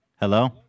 Hello